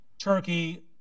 Turkey